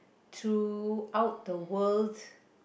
throughout the world's